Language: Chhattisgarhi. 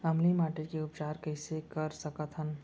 अम्लीय माटी के उपचार कइसे कर सकत हन?